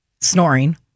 Snoring